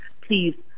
Please